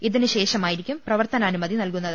ഇതിന് ശേഷമായിരിക്കും പ്രവർത്തനാനുമതി നൽകുന്നത്